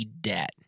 debt